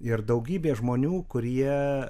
ir daugybė žmonių kurie